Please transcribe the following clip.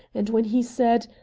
and when he said,